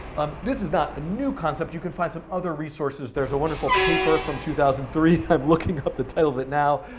um this is not a new concept, you can find some other resources. there's a wonderful paper from two thousand and three, i'm looking up the title of it now,